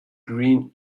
green